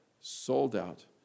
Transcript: sold-out